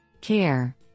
CARE –